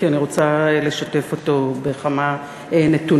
כי אני רוצה לשתף אותו בכמה נתונים.